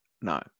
No